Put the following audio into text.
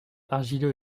argileux